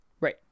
Right